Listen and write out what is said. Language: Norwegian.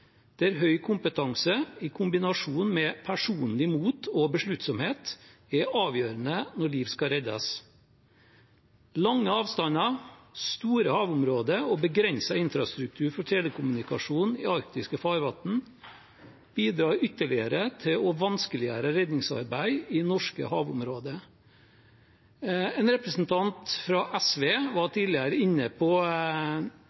der høy kompetanse i kombinasjon med personlig mot og besluttsomhet er avgjørende når liv skal reddes. Lange avstander, store havområder og begrenset infrastruktur for telekommunikasjon i arktiske farvann bidrar ytterligere til å vanskeliggjøre redningsarbeid i norske havområder. En representant fra SV var